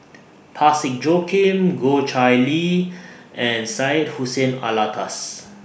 Parsick Joaquim Goh Chiew Lye and Syed Hussein Alatas